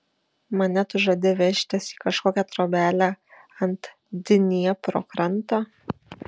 mane tu žadi vežtis į kažkokią trobelę ant dniepro kranto